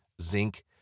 zinc